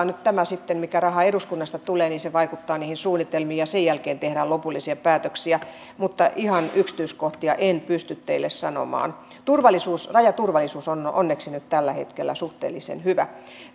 nyt tämä raha sitten mikä eduskunnasta tulee vaikuttaa niihin suunnitelmiin ja sen jälkeen tehdään lopullisia päätöksiä mutta ihan yksityiskohtia en pysty teille sanomaan rajaturvallisuus on on onneksi nyt tällä hetkellä suhteellisen hyvä